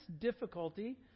difficulty